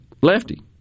lefty